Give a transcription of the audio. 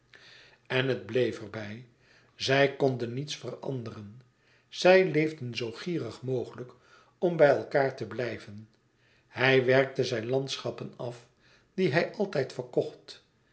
en het bleef er bij zij konden niets veranderen zij leefden zoo gierig mogelijk om bij elkaâr te blijven hij werkte zijn landschappen af die hij altijd verkocht